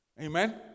Amen